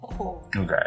Okay